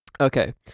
Okay